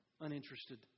uninterested